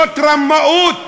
זאת רמאות,